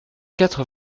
quatre